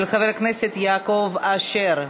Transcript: של חבר הכנסת יעקב אשר.